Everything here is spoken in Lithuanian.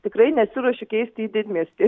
tikrai nesiruošiu keisti į didmiestį